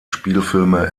spielfilme